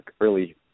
early